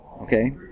Okay